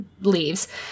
leaves